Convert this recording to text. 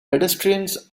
pedestrians